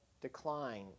decline